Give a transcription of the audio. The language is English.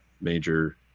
major